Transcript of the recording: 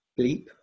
bleep